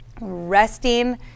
Resting